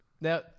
Now